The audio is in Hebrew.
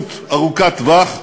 התפייסות ארוכת טווח,